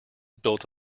built